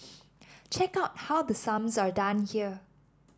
check out how the sums are done here